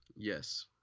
Yes